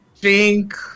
drink